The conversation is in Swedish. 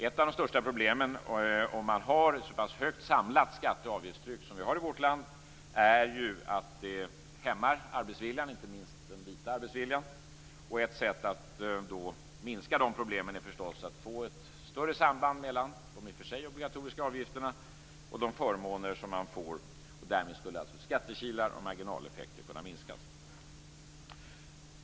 Ett av de största problemen om man har ett så pass högt samlat skatteoch avgiftstryck som vi har i vårt land är ju att det hämmar arbetsviljan, inte minst den vita arbetsviljan. Ett sätt att minska de problemen är förstås att få ett större samband mellan de i och för sig obligatoriska avgifterna och de förmåner som man får. Därmed skulle skattekilar och marginaleffekter kunna minskas.